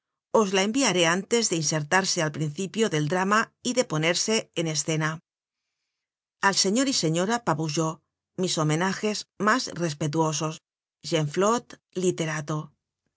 os la enviaré antes de insertarse al principio del drama y de ponerse en escena al señor y señora pabourgeot mis homenajes mas respetuosos genflot literato